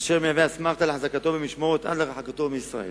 אשר מהווה אסמכתה להחזקתו במשמורת עד להרחקתו מישראל.